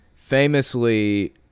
famously